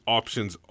options